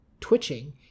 twitching